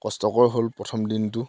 কষ্টকৰ হ'ল প্ৰথম দিনটো